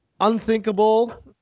Unthinkable